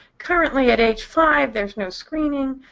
currently at age five there's no screening.